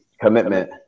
commitment